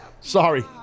Sorry